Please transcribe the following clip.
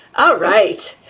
ah right.